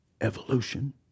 Evolution